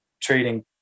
trading